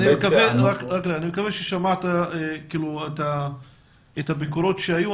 אני מקווה ששמעת את הביקורות שעלו.